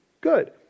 good